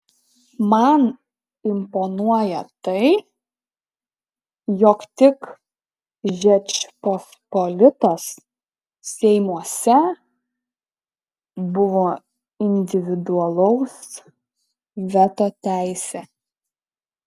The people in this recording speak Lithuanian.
man imponuoja tai jog tik žečpospolitos seimuose buvo individualaus veto teisė